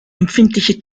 empfindliche